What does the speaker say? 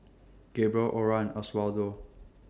Gabriel Ora Oswaldo